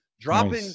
dropping